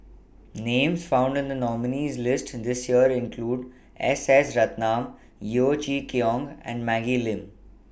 Names found in The nominees' list This Year include S S Ratnam Yeo Chee Kiong and Maggie Lim